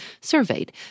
surveyed